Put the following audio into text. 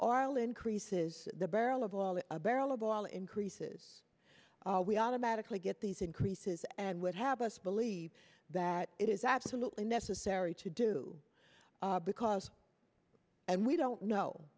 arl increases the barrel of oil a barrel of oil increases we automatically get these increases and would have us believe that it is absolutely necessary to do because and we don't know